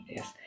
Yes